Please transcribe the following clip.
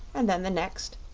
and then the next,